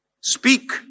speak